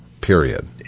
Period